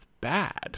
bad